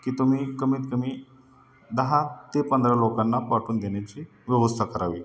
की तुम्ही कमीतकमी दहा ते पंधरा लोकांना पाठवून देण्याची व्यवस्था करावी